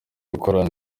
gukora